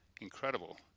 incredible